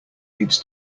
needs